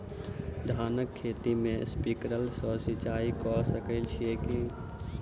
धानक खेत मे स्प्रिंकलर सँ सिंचाईं कऽ सकैत छी की?